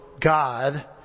God